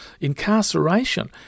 incarceration